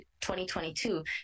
2022